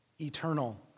eternal